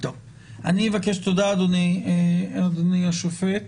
תודה אדוני השופט.